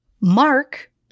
Mark